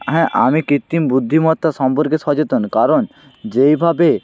হ্যাঁ আমি কৃত্রিম বুদ্ধিমত্তা সম্পর্কে সচেতন কারণ যেইভাবে